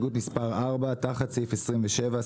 הסתייגות 4 היא תחת סעיף 27,